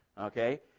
Okay